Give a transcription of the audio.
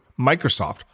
Microsoft